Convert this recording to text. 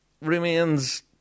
remains